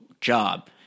job